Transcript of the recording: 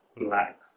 black